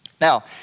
Now